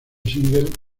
single